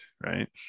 right